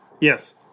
Yes